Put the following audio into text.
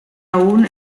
aún